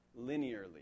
linearly